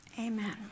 Amen